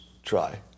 Try